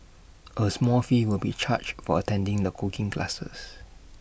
A small fee will be charged for attending the cooking classes